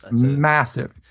and massive.